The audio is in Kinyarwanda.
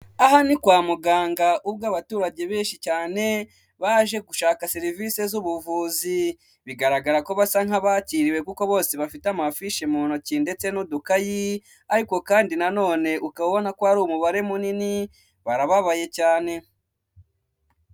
Aha ni kwa muganga ubwo abaturage benshi cyane baje gushaka serivisi z'ubuvuzi, bigaragara ko basa nk'abakiriwe kuko bose bafite amafishi mu ntoki ndetse n'udukayi, ariko kandi na none ukaba ubona ko hari umubare munini barababaye cyane.